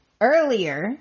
earlier